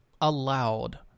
allowed